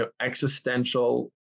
existential